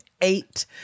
eight